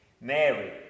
Mary